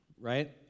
Right